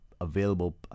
available